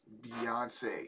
Beyonce